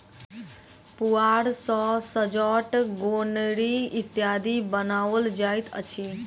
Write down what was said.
पुआर सॅ सजौट, गोनरि इत्यादि बनाओल जाइत अछि